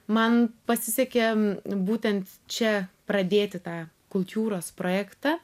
man pasisekė būtent čia pradėti tą kultiūros projektą